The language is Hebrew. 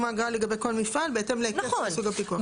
האגרה לגבי כל מפעל בהתאם להיקף וסוג הפיקוח.